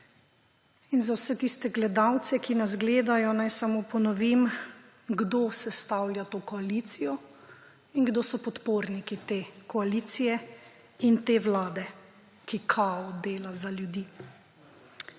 Za vse tiste gledalce, ki nas gledajo, naj samo ponovim, kdo sestavlja to koalicijo in kdo so podporniki te koalicije in te vlade, ki kao dela za ljudi.